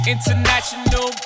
International